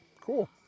Cool